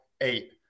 eight